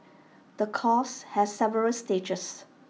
the course has several stages